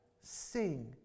sing